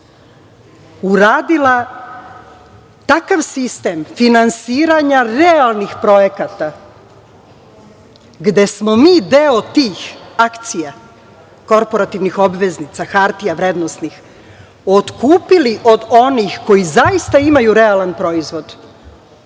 uradila takav sistem finansiranja realnih projekata gde smo mi deo tih akcija, korporativnih obveznica, hartija vrednosnih, otkupili od onih koji zaista imaju realan proizvod,